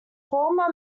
former